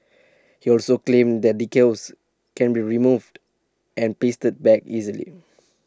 he also claimed the decals can be removed and pasted back easily